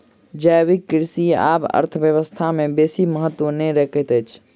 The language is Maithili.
जैविक कृषि आब अर्थव्यवस्था में बेसी महत्त्व नै रखैत अछि